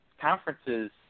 conferences